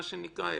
מה שנקרא,